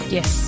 Yes